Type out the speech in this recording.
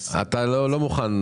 הנה, המצגת מופיעה מולך.